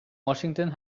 washington